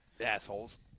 Assholes